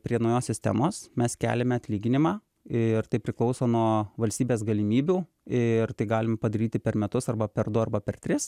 prie naujos sistemos mes keliame atlyginimą ir tai priklauso nuo valstybės galimybių ir tai galim padaryti per metus arba per du arba per tris